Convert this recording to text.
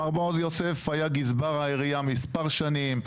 מר בועז יוסף היה גזבר העירייה מספר שנים.